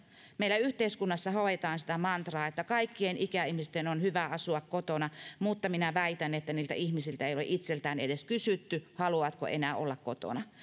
meillä yhteiskunnassa hoetaan sitä mantraa että kaikkien ikäihmisten on hyvä asua kotona mutta minä väitän että niiltä ihmisiltä ei ole itseltään edes kysytty haluavatko enää olla kotona